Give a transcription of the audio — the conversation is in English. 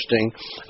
interesting